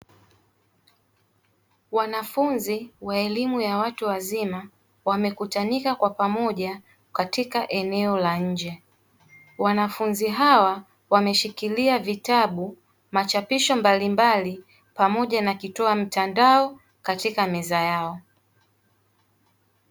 Wanafunzi wa elimu ya watu wazima wamekutanika kwa pamoja katika eneo la nje. Wanafunzi hawa wameshikilia vitabu, machapisho mbalimbali pamoja na kitoa mtandao katika meza yao.